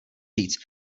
říct